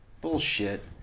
Bullshit